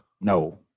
No